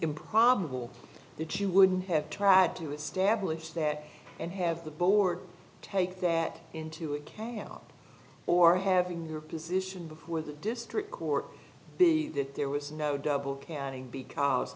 improbable that you wouldn't have tried to establish that and have the board take that into account or having your position before the district court be that there was no double counting because